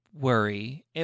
worry